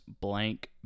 blank